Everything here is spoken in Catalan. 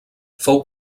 fou